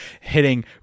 hitting